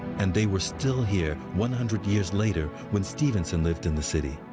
and they were still here one hundred years later, when stevenson lived in the city.